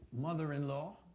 mother-in-law